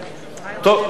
שאלה טובה.